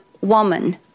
woman